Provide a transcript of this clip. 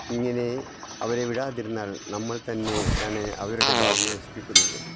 ഇങ്ങനെ അവരെ വിടാതിരുന്നാൽ നമ്മൾ തന്നെയാണ് അവരുടെ ഭാവി നശിപ്പിക്കുന്നത്